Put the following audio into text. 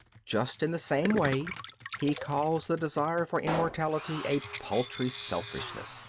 just in the same way he calls the desire for immortality a paltry selfishness,